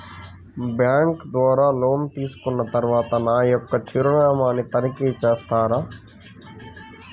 Bank ద్వారా loan తీసుకున్న తరువాత నా యొక్క చిరునామాని తనిఖీ చేస్తారా?